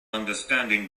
understanding